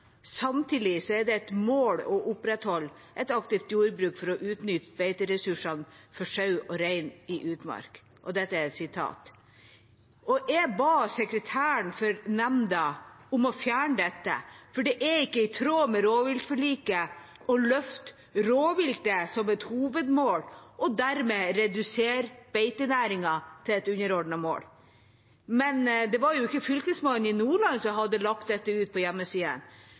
Samtidig er det et mål å opprettholde et aktivt jordbruk for å utnytte beiteressursene for sau og rein i utmark.» Jeg ba sekretæren for nemnda om å fjerne dette, for det er ikke i tråd med rovviltforliket å løfte rovviltet som et hovedmål og dermed redusere beitenæringen til et underordnet mål. Men det var ikke Fylkesmannen i Nordland som hadde lagt dette ut på